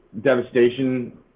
devastation